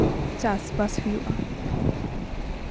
ᱪᱟᱥᱼᱵᱟᱥ ᱦᱩᱭᱩᱜᱼᱟ